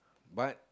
but